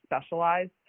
specialized